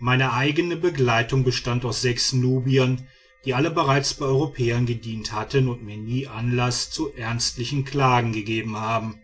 meine eigene begleitung bestand aus sechs nubiern die alle bereits bei europäern gedient hatten und mir nie anlaß zu ernstlichen klagen gegeben haben